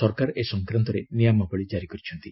ସରକାର ଏ ସଂକ୍ରାନ୍ତରେ ନିୟମାବଳୀ କାରି କରିଛନ୍ତି